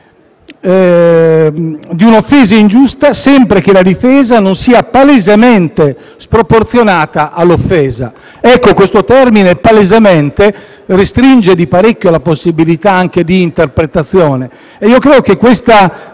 di un'offesa ingiusta, sempre che la difesa non sia palesemente sproporzionata all'offesa. Ecco, questo termine «palesemente» restringe di parecchio la possibilità anche di interpretazione.